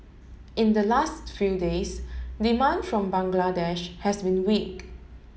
in the last few days demand from Bangladesh has been weak